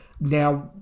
now